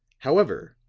however,